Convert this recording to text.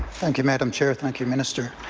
thank you madam chair, thank you minister.